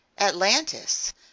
atlantis